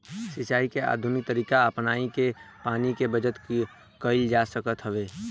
सिंचाई के आधुनिक तरीका अपनाई के पानी के बचत कईल जा सकत हवे